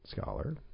scholar